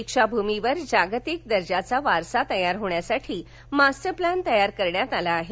दीक्षाभूमीवर जागतिक दर्जाचा वारसा तयार होण्यासाठी मास्टर प्लॅन तयार करण्यात आला आहे